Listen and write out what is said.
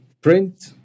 Print